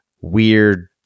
weird